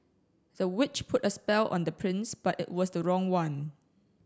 the witch put a spell on the prince but it was the wrong one